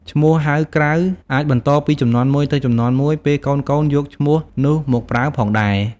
ឈ្មោះហៅក្រៅអាចបន្តពីជំនាន់មួយទៅជំនាន់មួយ ពេលកូនៗយកឈ្មោះនោះមកប្រើផងដែរ។